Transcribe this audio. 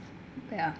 ya